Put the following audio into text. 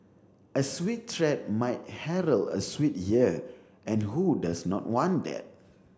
a sweet treat might herald a sweet year and who does not want that